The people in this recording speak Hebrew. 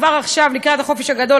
כבר עכשיו לקראת החופש הגדול,